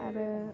आरो